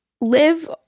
live